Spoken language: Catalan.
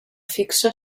fixa